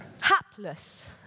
Hapless